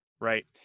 Right